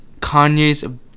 Kanye's